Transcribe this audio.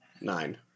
Nine